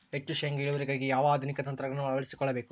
ಹೆಚ್ಚು ಶೇಂಗಾ ಇಳುವರಿಗಾಗಿ ಯಾವ ಆಧುನಿಕ ತಂತ್ರಜ್ಞಾನವನ್ನು ಅಳವಡಿಸಿಕೊಳ್ಳಬೇಕು?